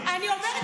אליו אפילו.